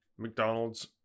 mcdonald's